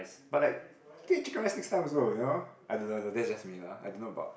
but like chicken rice takes time also you know I don't know lah that that is just me lah I don't know about